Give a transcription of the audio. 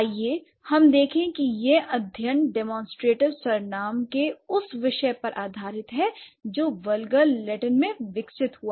आइए हम इसे देखें यह अध्ययन डेमोंस्ट्रेटिव् सर्वनाम के उस विषय पर आधारित है जो वल्गर लैटिन में विकसित हुआ